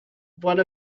one